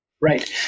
Right